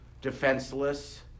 defenseless